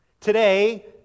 Today